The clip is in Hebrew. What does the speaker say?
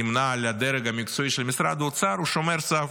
נמנה עם הדרג המקצועי של משרד האוצר, הוא שומר סף,